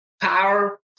Power